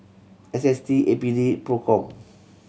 S S T A P D Procom